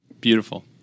Beautiful